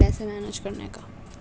پیسے مینیج کرنے کا